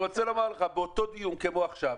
באותו דיון, כמו עכשיו,